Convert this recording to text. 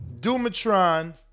Dumatron